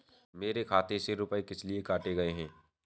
मेरे खाते से रुपय किस लिए काटे गए हैं?